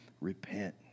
repent